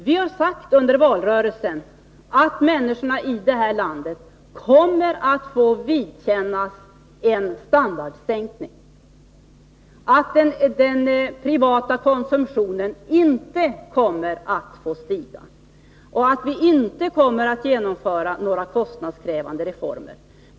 Vi har sagt under valrörelsen att människorna i det här landet kommer att få vidkännas en standardsänkning, att den privata konsumtionen inte kommer att få stiga och att vi inte kommer att genomföra några kostnadskrävande reformer.